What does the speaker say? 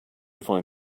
find